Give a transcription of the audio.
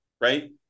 right